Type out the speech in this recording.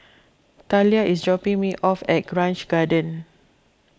Thalia is dropping me off at Grange Garden